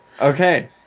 Okay